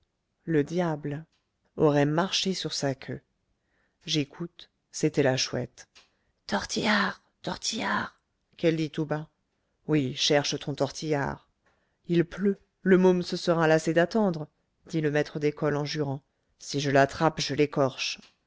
le boulanger aurait marché sur sa queue j'écoute c'était la chouette tortillard tortillard qu'elle dit tout bas oui cherche ton tortillard il pleut le môme se sera lassé d'attendre dit le maître d'école en jurant si je l'attrape je l'écorche